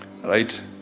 right